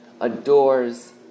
adores